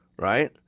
right